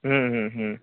হুম হুম হুম